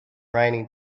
raining